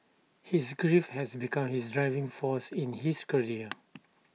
his grief has become his driving force in his career